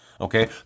Okay